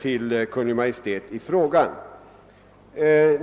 till Kungl. Maj:t i frågan.